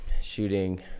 shooting